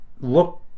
look